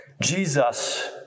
Jesus